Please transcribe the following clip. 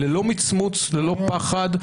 ללא מצמוץ וללא פחד,